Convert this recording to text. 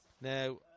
Now